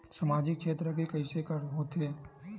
सामजिक क्षेत्र के कइसे होथे?